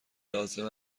لازم